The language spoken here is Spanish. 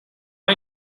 hay